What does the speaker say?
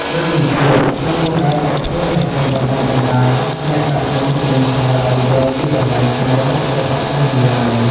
មួយវិញទៀត ក្នុងនោះដែរក៏គ្មានប្រព័ន្ធបណ្ដុះបណ្ដាលអ្នកដឹកនាំជំនាន់ក្រោយឱ្យយល់ពីតម្លៃស្នូល របស់ក្រុមហ៊ុនឡើយ។